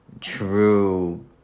true